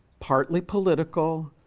partly political,